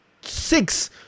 six